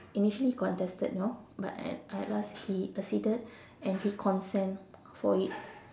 initially he contested you know but at at last he acceded and he consent for it